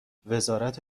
وزارت